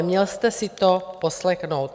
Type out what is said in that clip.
Měl jste si to poslechnout.